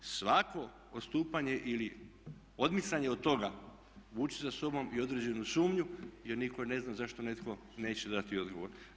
Svako odstupanje ili odmicanje od toga vuči će za sobom i određenu sumnju jer nitko ne zna zašto netko neće dati odgovor.